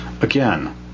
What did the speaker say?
Again